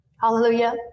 Hallelujah